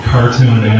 Cartoon